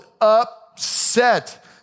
upset